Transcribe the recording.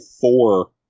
four